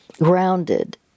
grounded